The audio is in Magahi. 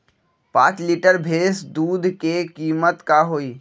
पाँच लीटर भेस दूध के कीमत का होई?